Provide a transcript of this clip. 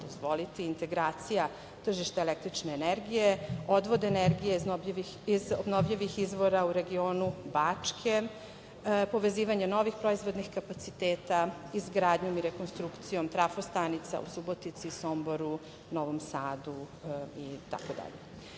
dozvoliti integracija tržišta električne energije, odvoda energije iz obnovljivih izvora u regionu Bačke, povezivanje novih proizvodnih kapaciteta izgradnjom i rekonstrukcijom trafo stanica u Subotici, Somboru, Novom Sadu,